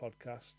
podcast